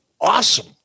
awesome